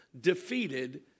defeated